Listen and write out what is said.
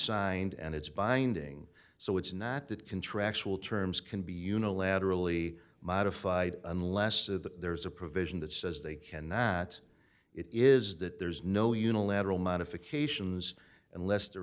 signed and it's binding so it's not that contractual terms can be unilaterally modified unless that there's a provision that says they cannot it is that there is no unilateral modifications unless the